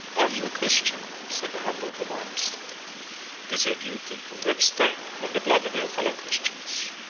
are you a christian? said the humble romanus it is your duty to abstain from the blood of your fellow-christians.